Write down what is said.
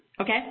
okay